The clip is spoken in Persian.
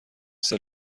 سال